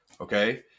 Okay